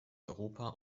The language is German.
europa